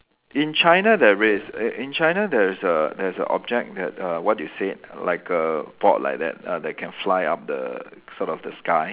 in China there is in in China there is a there's a object that uh what you said like a board like that ah that can fly up the sort of the sky